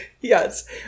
Yes